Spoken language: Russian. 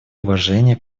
уважение